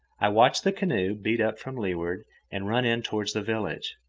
i watched the canoe beat up from leeward and run in toward the village,